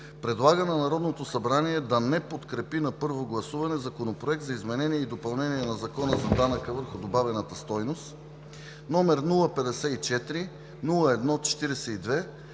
предлага на Народното събрание да не подкрепи на първо гласуване Законопроект за изменение и допълнение на Закона за данък върху добавената стойност, № 054-01-42,